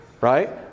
Right